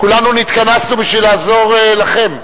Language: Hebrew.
כולנו נתכנסו בשביל לעזור לכם,